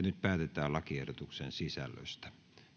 nyt päätetään lakiehdotuksen sisällöstä